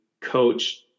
coach